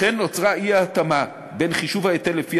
לכן נוצרה אי-התאמה בין חישוב ההיטל לפי